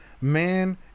man